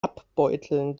abbeuteln